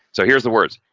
so, here's the words.